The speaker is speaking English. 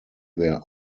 their